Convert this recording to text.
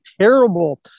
terrible